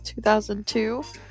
2002